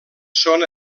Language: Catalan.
són